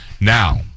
Now